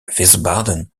wiesbaden